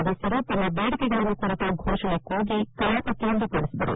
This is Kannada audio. ಸದಸ್ನರು ತಮ್ಮ ಬೇಡಿಕೆಗಳನ್ನು ಕುರಿತ ಫೋಷಣೆ ಕೂಗಿ ಕಲಾಪಕ್ಕೆ ಅಡ್ಡಿಪಡಿಸಿದ್ದರು